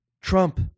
Trump